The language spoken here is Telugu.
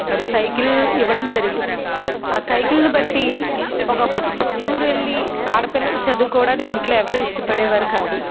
మరి సైకిల్ ఇవ్వడం జరిగింది ఆ సైకిల్ని బట్టి ఒకప్పుడు పొరుగూరెల్లి ఆడపిల్లలు చదువుకోవడానికి ఇంట్లో ఎవరూ ఇష్టపడేవారు కాదు